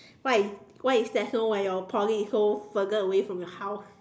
what if what if there's no when your Poly is so further away from your house